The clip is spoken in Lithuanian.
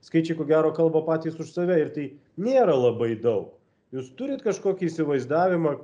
skaičiai ko gero kalba patys už save ir tai nėra labai daug jūs turit kažkokį įsivaizdavimą